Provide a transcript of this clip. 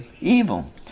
evil